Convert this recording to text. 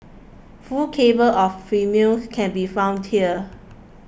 full tables of premiums can be found here